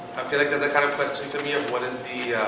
feel like there's a kind of question to me of what is the